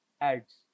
ads